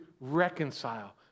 reconcile